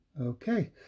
okay